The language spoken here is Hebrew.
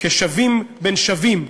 כשווים בין שווים